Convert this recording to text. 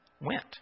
went